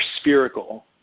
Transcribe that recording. spherical